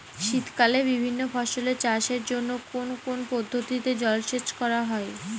শীতকালে বিভিন্ন ফসলের চাষের জন্য কোন কোন পদ্ধতিতে জলসেচ করা হয়?